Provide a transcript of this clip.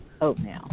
oatmeal